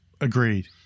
agreed